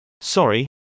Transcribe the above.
Sorry